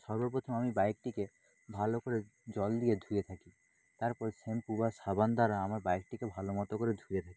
সর্বপ্রথম আমি বাইকটিকে ভালো করে জল দিয়ে ধুয়ে থাকি তারপরে শ্যাম্পু বা সাবান দ্বারা আমার বাইকটিকে ভালো মতো করে ধুয়ে থাকি